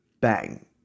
bang